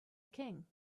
king